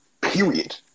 period